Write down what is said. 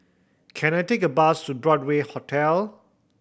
can I take a bus to Broadway Hotel